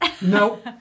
No